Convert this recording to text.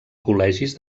col·legis